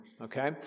okay